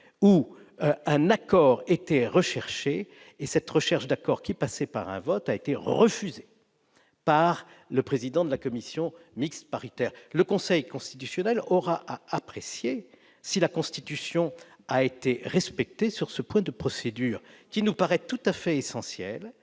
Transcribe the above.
où un accord était souhaité, et où la recherche de cet accord, qui passait par un vote, a été refusée par le président de la commission mixte paritaire. Le Conseil constitutionnel aura à apprécier si la Constitution a été respectée sur ce point de procédure, qui nous paraît tout à fait essentiel.